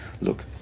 Look